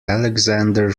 alexander